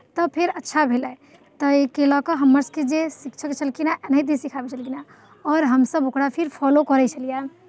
तब फेर अच्छा भेलै ताहिके लऽ कऽ हमरसभके जे शिक्षक छलखिन हेँ एनाहिते सिखाबै छलखिन हेँ आओर हमसभ ओकरा फेर फॉलो करै छलियैए